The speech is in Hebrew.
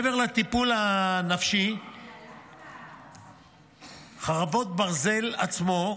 מעבר לטיפול הנפשי בפצוע חרבות ברזל עצמו,